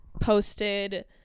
posted